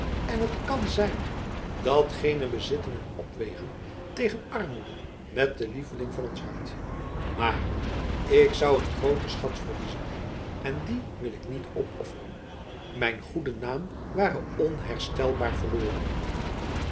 en het kan zijn dat geene bezittingen opwegen tegen armoede met den lieveling van ons hart maar ik zou een grooter schat verliezen en dien wil ik niet opofferen mijn goede naam ware onherstelbaar verloren